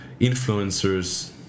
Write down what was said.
influencers